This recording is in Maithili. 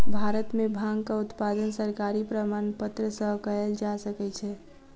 भारत में भांगक उत्पादन सरकारी प्रमाणपत्र सॅ कयल जा सकै छै